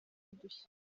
udushya